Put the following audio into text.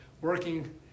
working